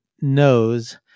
knows